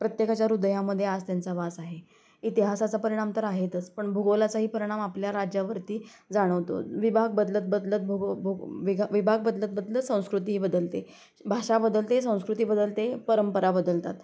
प्रत्येकाच्या हृदयामध्ये आज त्यांचा वास आहे इतिहासाचा परिणाम तर आहेतच पण भूगोलाचाही परिणाम आपल्या राज्यावरती जाणवतो विभाग बदलत बदलत भूगो भूग् विघा विभाग बदलत बदलत संस्कृतीही बदलते आहे भाषा बदलते आहे संस्कृती बदलते आहे परंपरा बदलतात